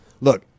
look